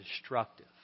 destructive